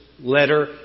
letter